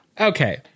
Okay